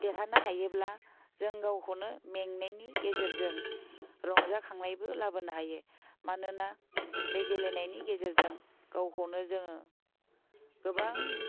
देरहानो हायोब्ला जों गावखौनो मेंनायनि गेजेरजों रंजाखांनायबो लाबोनो हायो मानोना बे गेलेनायनि गेजेरजों गावखौनो जोङो गोबां